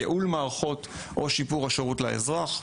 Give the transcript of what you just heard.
ייעול מערכות או שיפור השירות לאזרח.